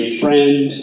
friend